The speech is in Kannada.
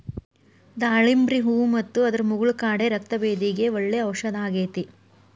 ದಾಳಿಂಬ್ರಿ ಹೂ ಮತ್ತು ಅದರ ಮುಗುಳ ಕಾಡೆ ರಕ್ತಭೇದಿಗೆ ಒಳ್ಳೆ ಔಷದಾಗೇತಿ